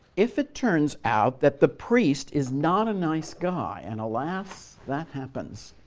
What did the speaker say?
if it turns out that the priest is not a nice guy and alas, that happens